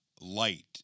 light